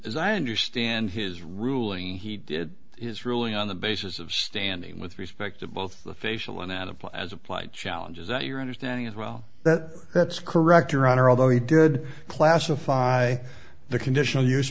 as i understand his ruling he is ruling on the basis of standing with respect to both the facial and that applies as applied challenges that your understanding as well that that's correct your honor although he did classify the conditional use